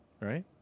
right